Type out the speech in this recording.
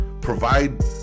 provide